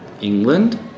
England